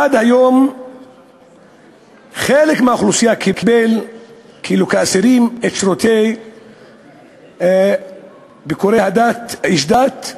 עד היום חלק מאוכלוסיית האסירים קיבלה שירותי ביקורי איש דת.